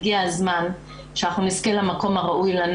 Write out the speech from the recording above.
הגיע הזמן שאנחנו נזכה למקום הראוי לנו